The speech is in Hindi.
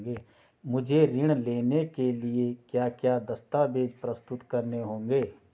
मुझे ऋण लेने के लिए क्या क्या दस्तावेज़ प्रस्तुत करने होंगे?